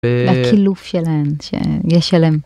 לקילוף שלהם, יש להם.